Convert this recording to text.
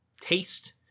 taste